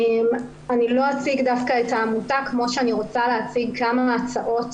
אני לא אציג דווקא את העמותה כמו שאני רוצה להציג כמה הצעות